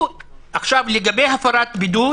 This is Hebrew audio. לגבי הפרת בידוד